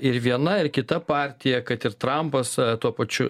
ir viena ir kita partija kad ir trampas tuo pačiu